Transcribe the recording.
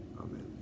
Amen